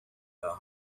der